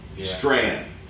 strand